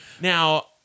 Now